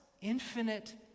infinite